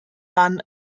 ran